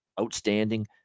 outstanding